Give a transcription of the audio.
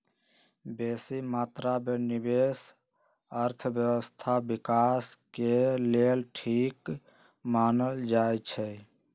बेशी मत्रा में निवेश अर्थव्यवस्था विकास के लेल ठीक मानल जाइ छइ